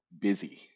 busy